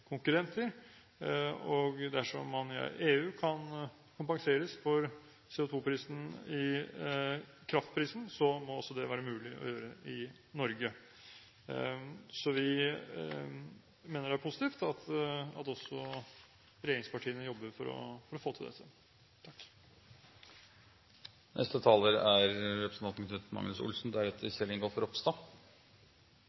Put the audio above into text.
konkurrenter, og dersom man i EU kan kompenseres for CO2-prisen i kraftprisen, må det også være mulig å gjøre det i Norge. Så vi mener det er positivt at også regjeringspartiene jobber for å få dette til. Senterpartiet skal være ledende i å føre Norge fra det fossile til